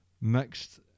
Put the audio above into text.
mixed